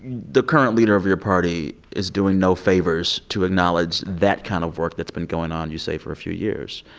the current leader of your party is doing no favors to acknowledge that kind of work that's been going on, you say, for a few years.